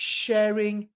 sharing